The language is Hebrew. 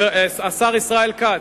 השר ישראל כץ,